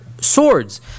swords